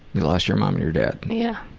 you lost your mom and your dad. yeah.